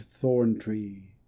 thorn-tree